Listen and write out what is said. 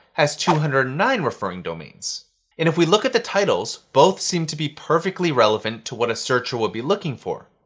has two hundred and nine referring domains. and if we look at the titles, both seem to be perfectly relevant to what a searcher would be looking for.